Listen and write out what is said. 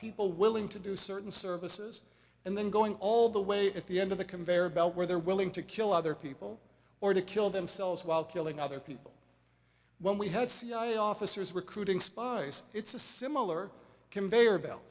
people willing to do certain services and then going all the way at the end of the conveyor belt where they're willing to kill other people or to kill themselves while killing other people when we had cia officers recruiting spies it's a similar conveyor belt